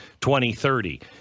2030